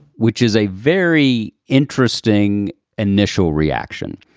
which is a very interesting initial reaction.